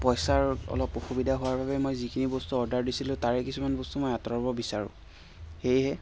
পইচাৰ অলপ অসুবিধা হোৱাৰ বাবে মই যিখিনি বস্তু অৰ্ডাৰ দিছিলোঁ তাৰে কিছুমান বস্তু মই আঁতৰাব বিচাৰোঁ সেয়েহে